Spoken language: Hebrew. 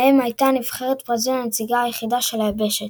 בהם הייתה נבחרת ברזיל הנציגה היחידה של היבשת.